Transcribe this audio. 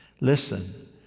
listen